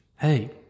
Hey